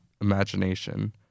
imagination